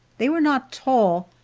they were not tall,